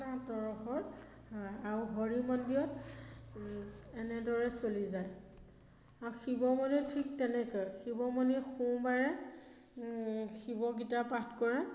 তৰহৰ আৰু হৰি মন্দিৰত এনেদৰে চলি যায় আৰু শিৱ মন্দিৰত ঠিক তেনেকৈ শিৱ মন্দিৰত সোমবাৰে শিৱ গীতা পাঠ কৰে